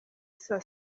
saa